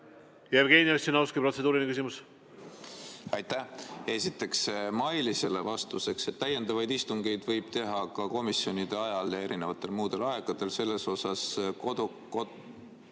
Jevgeni Ossinovski, protseduuriline küsimus. Aitäh! Esiteks Mailisele vastuseks, et täiendavaid istungeid võib teha ka komisjonide [istungite] ajal ja erinevatel muudel aegadel, selles osas kodu- ...